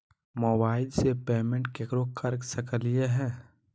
मोबाइलबा से पेमेंटबा केकरो कर सकलिए है?